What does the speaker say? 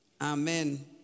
Amen